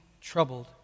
troubled